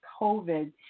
COVID